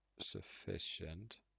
sufficient